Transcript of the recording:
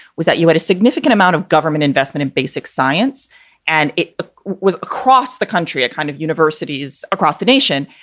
was that you had a significant amount of government investment in basic science and it ah was across the country at kind of universities across the nation.